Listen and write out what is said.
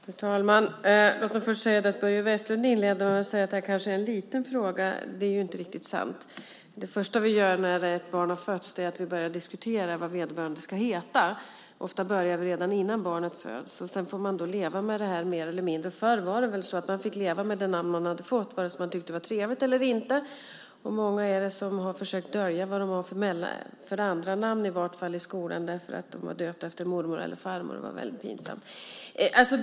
Fru talman! Låt mig börja med att säga att Börje Vestlund inledde med att säga att det här kanske är en liten fråga. Det är inte riktigt sant. Det första vi gör när ett barn har fötts är att diskutera vad vederbörande ska heta. Ofta börjar vi redan innan barnet föds. Sedan får barnet leva med namnet. Förr var det så att man fick leva med det namn man hade fått vare sig man tyckte det var trevligt eller inte. Hur många är det inte som har försökt dölja sina andranamn, i varje fall i skolan, därför att de pinsamt nog har blivit döpta efter mormor eller farmor.